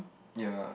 ya